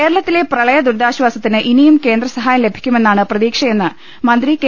കേരളത്തില്ലെ പ്രെളയ ദുരിതാശ്ചാസത്തിന് ഇനിയും കേന്ദ്ര സഹായം ലഭിക്കുമെന്നാണ് പ്രതീക്ഷയെന്ന് മന്ത്രി കെ